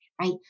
right